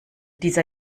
dieser